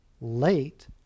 late